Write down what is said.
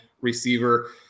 receiver